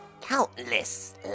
countless